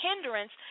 hindrance